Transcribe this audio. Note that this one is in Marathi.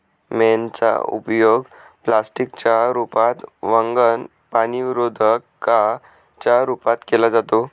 मेणाचा उपयोग प्लास्टिक च्या रूपात, वंगण, पाणीरोधका च्या रूपात केला जातो